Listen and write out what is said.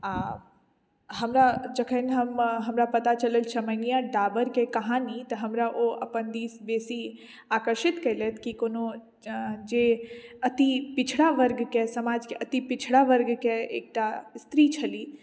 आ हमरा जखन हम हमरा पता चलल चमेनिया डाबर के कहानी तऽ हमरा ओ अपन दिस बेसी आकर्षित केलथि की कोनो जे अति पिछड़ा वर्ग के समाज के अति पिछड़ा वर्ग के एकटा स्त्री छलीह